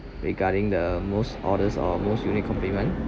regarding the most oddest or most unique compliment